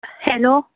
hello